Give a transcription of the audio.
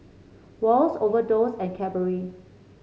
Wall's Overdose and Cadbury